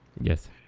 Yes